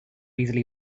easily